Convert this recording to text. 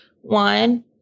one